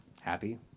happy